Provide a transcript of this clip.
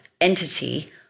entity